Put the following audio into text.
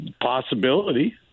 Possibility